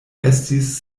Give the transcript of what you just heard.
estis